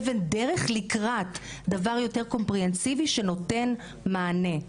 אבן דרך לקראת דבר יותר קומפרהנסיבי שנותן מענה.